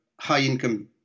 high-income